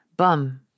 Bum